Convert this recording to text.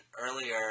earlier